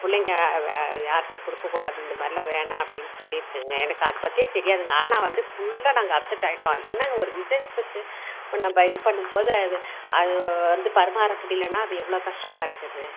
பிள்ளைங்க யார்கிட்டயும் கொடுக்கக் கூடாது இந்த மாதிரில்லாம் வேணாம் அப்படின்னு சொல்லியிருக்குங்க எனக்கு அதைப் பற்றி தெரியாதுங்க ஆனால் வந்து ஃபுல்லாக நாங்கள் அப்செட் ஆயிட்டோம் என்னங்க ஒரு விசேஷத்துக்கு நம்ப இது பண்ணும் போது அது அது வந்து பரிமாற முடியலைன்னா அது எவ்வளவு கஷ்டமாக இருக்குது